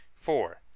four